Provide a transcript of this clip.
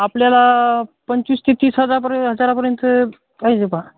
आपल्याला पंचवीस ते तीस हजारपर्य हजारापर्यंत पाहिजे बा